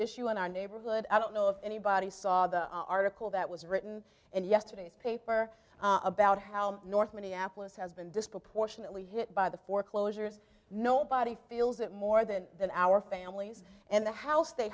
issue in our neighborhood i don't know if anybody saw the article that was written and yesterday's paper about how north minneapolis has been disproportionately hit by the foreclosures nobody feels it more than than our families and the house they